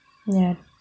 ya